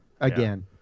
again